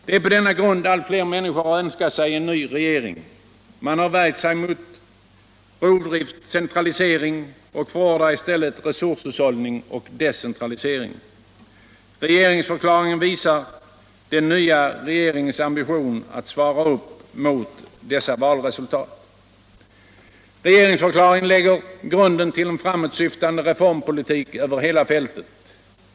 Det är på denna grund allt fler människor har önskat sig en ny regering. Man har värjt sig mot rovdrift och centralisering och förordar 1 stället resurshushållning och decentralisering. Regeringsförklaringen visar den nya regeringens ambition att svara upp mot valresultatet. Rereringsförklaringen lägger grunden till en frumåtsyftande reformpolitik över hela fältet.